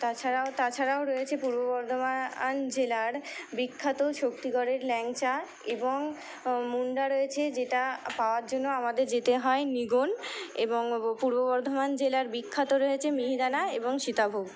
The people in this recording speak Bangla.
তাছাড়াও তাছাড়াও রয়েছে পূর্ব বর্ধমান জেলার বিখ্যাত শক্তিগড়ের ল্যাংচা এবং মন্ডা রয়েছে যেটা পাওয়ার জন্য আমাদের যেতে হয় নিগন এবং পূর্ব বর্ধমান জেলার বিখ্যাত রয়েছে মিহিদানা এবং সীতাভোগ